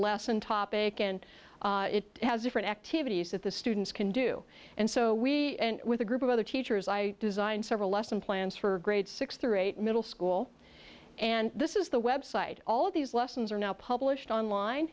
lesson topic and it has different activities that the students can do and so we with a group of other teachers i designed several lesson plans for grades six through eight middle school and this is the website all of these lessons are now published online